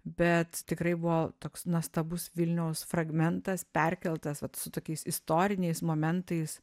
bet tikrai buvo toks nuostabus vilniaus fragmentas perkeltas vat su tokiais istoriniais momentais